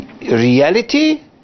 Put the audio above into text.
reality